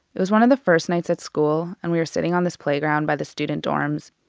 it was one of the first nights at school and we were sitting on this playground by the student dorms.